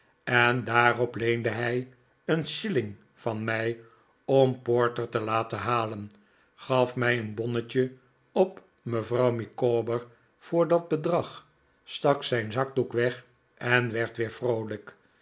en daarop leende hij een shilling van mij om porter te laten halen gaf mij een bonnetje op mevrouw micawber voor dat bedrag stak zijn zakdoek weg en werd weer vroolijk